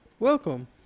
Welcome